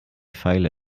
pfeile